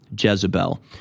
Jezebel